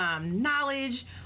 knowledge